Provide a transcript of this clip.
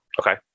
Okay